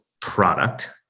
product